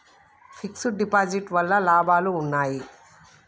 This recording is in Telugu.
ఫిక్స్ డ్ డిపాజిట్ వల్ల లాభాలు ఉన్నాయి?